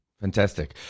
fantastic